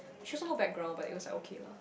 she also not background but it was like okay lah